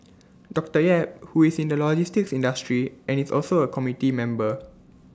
doctor yap who is in the logistics industry and is also A committee member